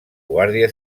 guàrdia